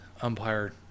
umpire